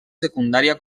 secundària